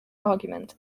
argument